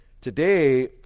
Today